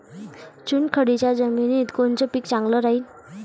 चुनखडीच्या जमिनीत कोनचं पीक चांगलं राहीन?